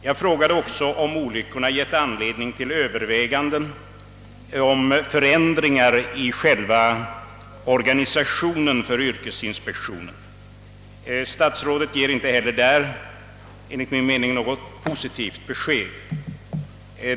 Jag frågar också, om olyckorna givit anledning till överväganden om förändringar i själva organisationen av yrkesinspektionen. Statsrådet ger enligt min mening inte heller därvidlag någon positivt besked.